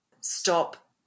stop